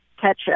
Ketchup